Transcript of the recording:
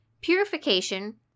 purification